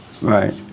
Right